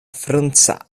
franca